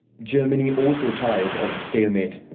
germany also tires of the stalemate.